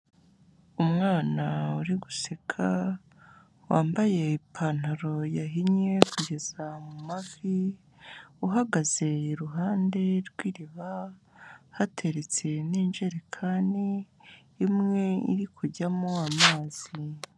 Umwana uri guseka, wambaye ipantaro yahinnye kugeza mavi, uhagaze iruhande rw'iriba, hateretse n'injerekani, imwe iri kujyamo amazi.